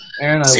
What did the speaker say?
Aaron